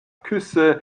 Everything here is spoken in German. küsse